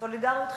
סולידריות חברתית,